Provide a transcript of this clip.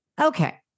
Okay